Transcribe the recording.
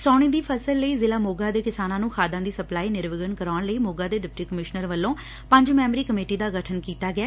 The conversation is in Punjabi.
ਸਾਉਣੀ ਦੀ ਫਸਲ ਲਈ ਜ਼ਿਲ੍ਹਾ ਮੋਗਾ ਦੇ ਕਿਸਾਨਾਂ ਨੂੰ ਖਾਦਾਂ ਦੀ ਸਪਲਾਈ ਨਿਰਵਿਘਨ ਕਰਾਉਣ ਲਈ ਮੋਗਾ ਦੇ ਡਿਪਟੀ ਕਮਿਸ਼ਨਰ ਵੱਲੋ ਪੰਜ ਮੈਬਰੀ ਕਮੇਟੀ ਦਾ ਗਠਨ ਕੀਤਾ ਗਿਐ